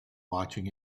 watching